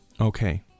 Okay